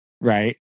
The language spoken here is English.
Right